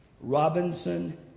Robinson